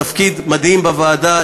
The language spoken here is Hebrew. תפקיד מדהים בוועדה,